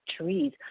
trees